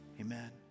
amen